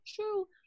true